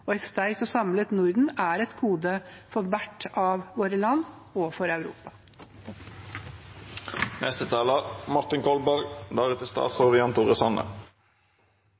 Et sterkt og samlet Norden er et gode for hvert av våre land og for Europa.